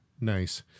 nice